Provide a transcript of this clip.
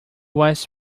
was